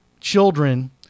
children